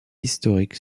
historique